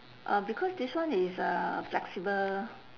uh because this one is uh flexible